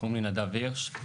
קוראים לי נדב וירש.